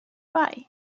bei